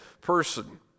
person